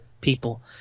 people